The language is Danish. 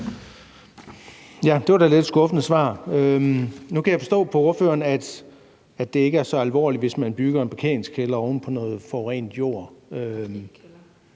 da lidt et skuffende svar. Nu kan jeg forstå på ordføreren, at det ikke er så alvorligt, hvis man bygger en parkeringskælder oven på noget forurenet jord.